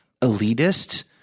elitist